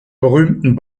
berühmten